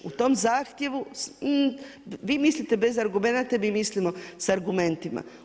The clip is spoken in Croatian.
U tom zahtjevu, vi mislite bez argumenata, mi mislimo sa argumentima.